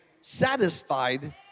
satisfied